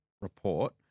report